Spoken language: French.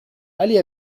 allez